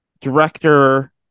director